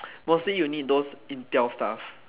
mostly you need those intel stuffs